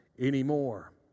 anymore